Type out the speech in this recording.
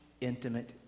intimate